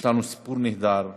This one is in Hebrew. יש לנו סיפור נהדר,